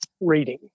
reading